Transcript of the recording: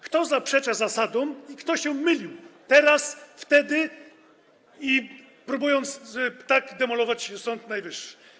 Kto zaprzecza zasadom i kto myli się - teraz, wtedy - próbując tak demolować Sąd Najwyższy?